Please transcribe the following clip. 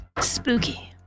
Spooky